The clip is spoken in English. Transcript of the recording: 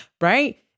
Right